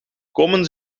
komen